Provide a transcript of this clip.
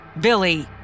Billy